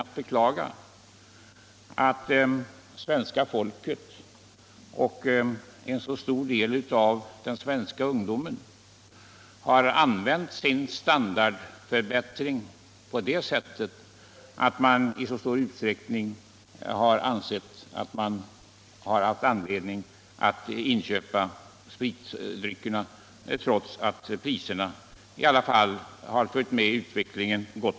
Det är beklagligt att svenska folket och en stor del av den svenska ungdomen har använt sin standardförbättring till att i större utsträckning inköpa spritdrycker, trots att priserna gott och väl har följt med utvecklingen.